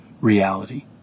reality